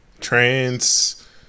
Trans